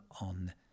on